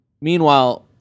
Meanwhile